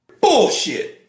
Bullshit